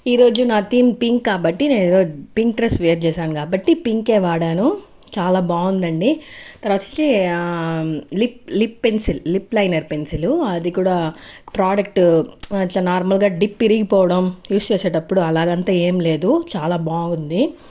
ఈ రోజు నా థీమ్ పింక్ కాబట్టి నేను ఈ రోజు పింక్ డ్రెస్ వెర్ చేశాను కాబట్టి పింకే వాడాను చాలా బాగుందండి తరవాత వచ్చేసి lip lip pencil lip liner pencil అది కూడా ప్రోడక్టు చాలా నార్మల్గా డిప్ విరిగిపోవడం యూజ్ చేసేటప్పుడు అలాగంత ఏంలేదు చాలా బాగుంది